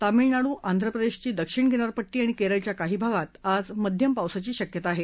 तामिळनाडू आंध्रप्रदेशची दक्षिण किनारपट्टी आणि केरळच्या काही भागात आज मध्यम पावसाची शक्यता आहे